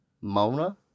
Mona